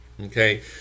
Okay